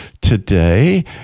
today